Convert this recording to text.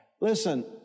Listen